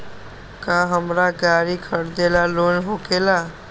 का हमरा गारी खरीदेला लोन होकेला?